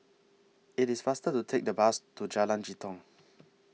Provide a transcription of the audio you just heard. IT IS faster to Take The Bus to Jalan Jitong